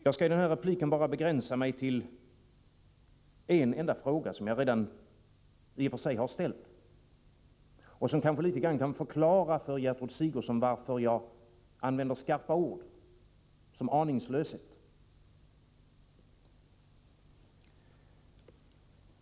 Jag skalli denna replik begränsa mig till en enda fråga, som jag i och för sig redan ställt men som kanske kan förklara för Gertrud Sigurdsen varför jag använder ett så skarpt ord som ”aningslöshet”.